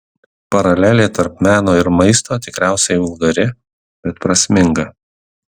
paralelė tarp meno ir maisto tikriausiai vulgari bet prasminga